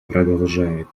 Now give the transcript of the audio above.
продолжает